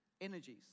energies